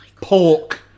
pork